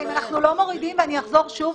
אנחנו לא מורידים, אני אחזור שוב.